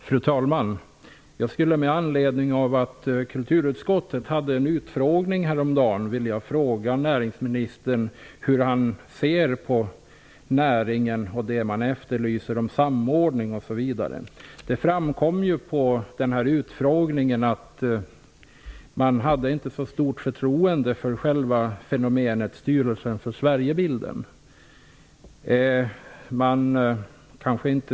Fru talman! Jag skulle med anledning av att kulturutskottet häromdagen genomförde en utfrågning om turism vilja fråga näringsministern hur han ser på näringen, den samordning som efterlyses osv. Det framkom på denna utfrågning att förtroendet för Styrelsen för Sverigebilden inte var så stort.